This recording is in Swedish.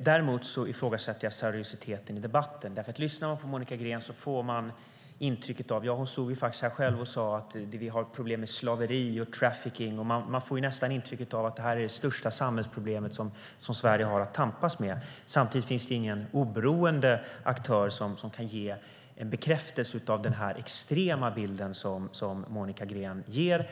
Däremot ifrågasätter jag seriositeten i debatten. Lyssnar man på Monica Green får man nämligen intrycket - hon stod faktiskt här själv och sade det - att vi har problem med slaveri och trafficking. Man får nästan intrycket att detta är det största samhällsproblem Sverige har att tampas med. Samtidigt finns det ingen oberoende aktör som kan ge en bekräftelse av den extrema bild Monica Green ger.